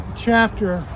Chapter